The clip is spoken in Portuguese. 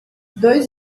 dois